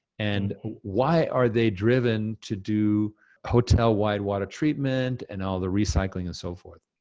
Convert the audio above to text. and why are they driven to do hotel-wide water treatment, and all the recycling and so forth?